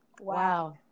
Wow